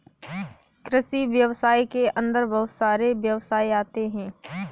कृषि व्यवसाय के अंदर बहुत सारे व्यवसाय आते है